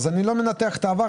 אז אני לא מנתח את העבר,